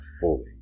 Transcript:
fully